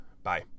Bye